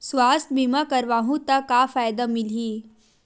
सुवास्थ बीमा करवाहू त का फ़ायदा मिलही?